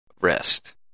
rest